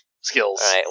skills